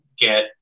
get